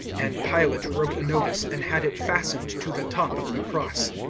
and pilate wrote a notice and had it fastened to the top of the cross.